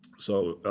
so